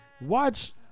Watch